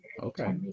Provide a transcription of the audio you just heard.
okay